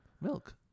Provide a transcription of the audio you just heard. Milk